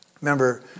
Remember